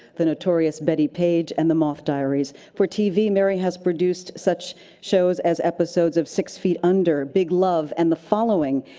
the notorious bettie page and the moth diaries. for tv, mary has produced such shows as episodes of six feet under, big love and the following,